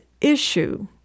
issue